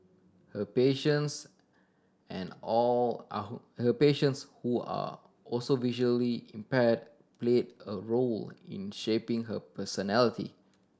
her patients and all are who her patients who are also visually impaired played a role in shaping her personality